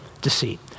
deceit